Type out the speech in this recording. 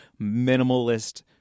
minimalist